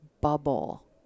bubble